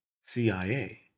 CIA